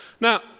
Now